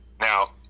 Now